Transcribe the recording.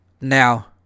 Now